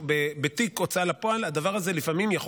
בתיק הוצאה לפועל הדבר הזה לפעמים יכול